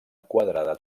quadrada